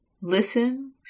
listen